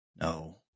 No